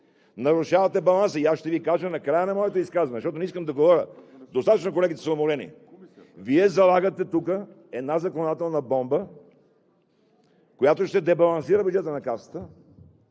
нарушавате баланса. И аз ще Ви кажа накрая на моето изказване, защото не искам да говоря. Достатъчно са уморени колегите. Вие залагате тук една законодателна бомба, която ще дебалансира бюджета на Касата,